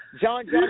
John